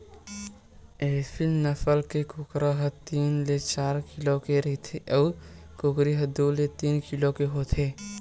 एसील नसल के कुकरा ह तीन ले चार किलो के रहिथे अउ कुकरी ह दू ले तीन किलो होथे